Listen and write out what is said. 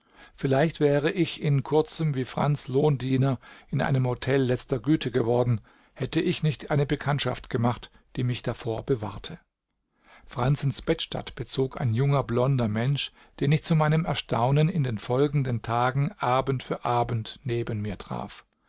vielleicht wäre ich in kurzem wie franz lohndiener in einem hotel letzter güte geworden hätte ich nicht eine bekanntschaft gemacht die mich davor bewahrte franzens bettstatt bezog ein junger blonder mensch den ich zu meinem erstaunen in den folgenden tagen abend für abend neben mir traf